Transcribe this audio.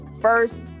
first